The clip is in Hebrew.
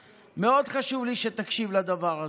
או שאתה לא מתעניין בדיור ציבורי?